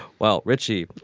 well, richie,